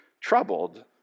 troubled